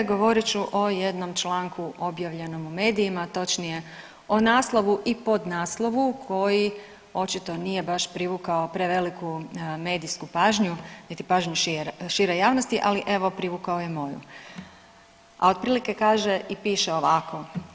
Govorit ću o jednom članku objavljenom u medijima, točnije o naslovu i podnaslovu koji očito nije baš privukao preveliku medijsku pažnju, niti pažnju šire javnosti, ali evo privukao je moju, a otprilike kaže i piše ovako.